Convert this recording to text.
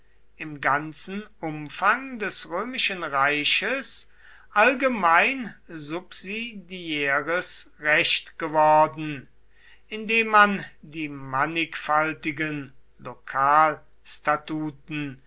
im ganzen umfang des römischen reiches allgemein subsidiäres recht geworden indem man die mannigfaltigen